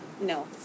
No